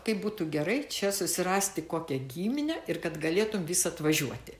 kaip būtų gerai čia susirasti kokią giminę ir kad galėtum vis atvažiuoti